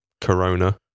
Corona